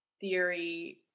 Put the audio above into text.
theory